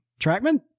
trackman